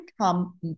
come